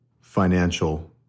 financial